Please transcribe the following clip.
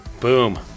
Boom